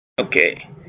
Okay